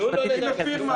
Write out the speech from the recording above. לא ראיתי.